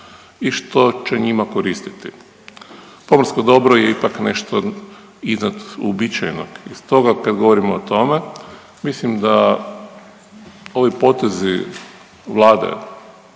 i što će njima koristiti. Pomorsko dobro je ipak nešto iznad uobičajenog i stoga kad govorimo o tome mislim da ovi potezi Vlade,